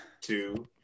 two